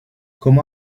como